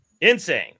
insane